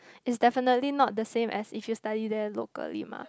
it's definitely not the same as if you study there locally mah